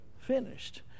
finished